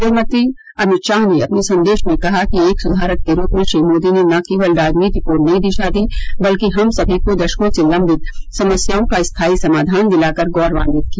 गृहमंत्री अमित शाह ने अपने संदेश में कहा कि एक सुधारक के रूप में श्री मोदी ने न केवल राजनीति को नई दिशा दी बल्कि हम सभी को दशकों से लंबित समस्याओं का स्थाई समाधान दिलाकर गौरवान्वित किया